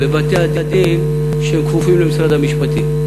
בבתי-הדין, שכפופים למשרד המשפטים.